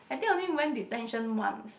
I think only I went detention once